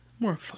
More